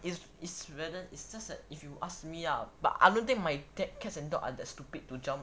it's it's whether it's just that if you ask me ah but I don't think my dad cats and dogs are that stupid to jump